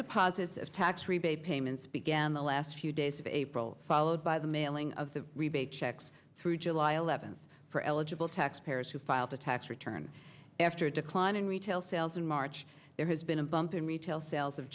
deposits as tax rebate payments began the last few days of april followed by the mailing of the rebate checks through july eleventh for eligible taxpayers who filed a tax return after a decline in retail sales in march there has been a bump in retail sales of